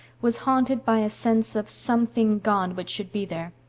was haunted by a sense of something gone which should be there.